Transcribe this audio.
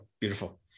Beautiful